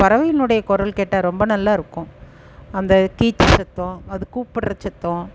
பறவைகள்னுடைய குரல் கேட்டால் ரொம்ப நல்லாருக்கும் அந்த கீச்சு சத்தம் அது கூப்பிடுறச் சத்தம்